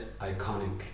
iconic